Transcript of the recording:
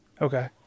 okay